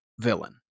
villain